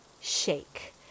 shake